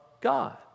God